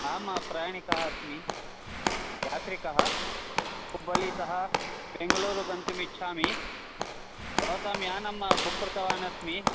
आं प्रयाणिकः अस्मि यात्रिकः हुब्बल्लीतः बेङ्गलूरु गन्तुमिच्छामि भवतां यानं बुक् कृतवान् अस्मि